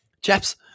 chaps